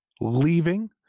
leaving